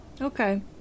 Okay